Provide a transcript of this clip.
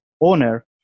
owner